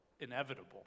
inevitable